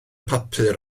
papur